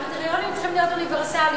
הקריטריונים צריכים להיות אוניברסליים,